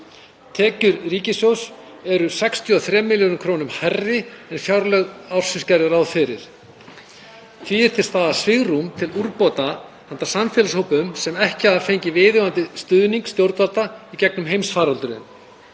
Tekjur ríkissjóðs eru 63 milljörðum kr. hærri en fjárlög ársins gerðu ráð fyrir. Því er til staðar svigrúm til úrbóta handa samfélagshópum sem ekki hafa fengið viðeigandi stuðning stjórnvalda í gegnum heimsfaraldurinn.